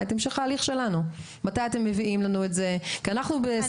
וכוחות הביטחון בהקמה של מאגר לאומי ל-10